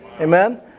Amen